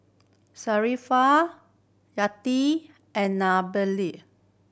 Yati and